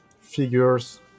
figures